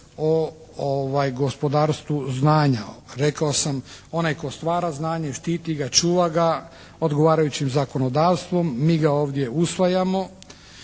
o gospodarstvu znanja. Rekao sam onaj tko stvara znanje, štiti ga, čuva ga odgovarajućim zakonodavstvom. Mi ga ovdje usvajamo